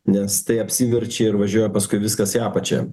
nes tai apsiverčia ir važiuoja paskui viskas į apačią